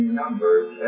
numbers